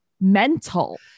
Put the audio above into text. mental